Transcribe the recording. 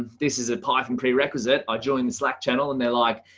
this is apart from prerequisite. i joined the slack channel, and they're like,